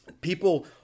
people